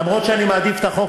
אף שאני מעדיף את החוק